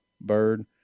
bird